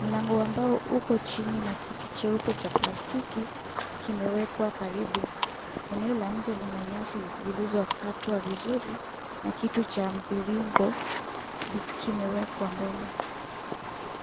Mlango ambao uko chini na kiti cheupe cha plastiki, kimewekwa karibu. Eneo la nje lina nyasi zilizokatwa vizuri na kitu cha mviringo kimewekwa mbele.